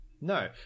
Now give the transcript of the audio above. No